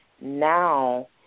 now